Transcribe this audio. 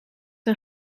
een